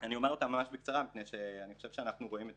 אומר אותם ממש בקצרה כי אני חושב שאנחנו רואים את